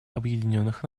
объединенных